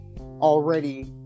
already